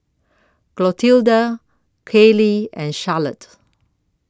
Clotilda Kayley and Charlotte